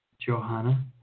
Johanna